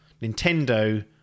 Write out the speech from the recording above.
Nintendo